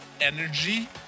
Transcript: energy